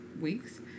weeks